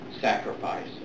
sacrifice